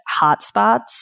hotspots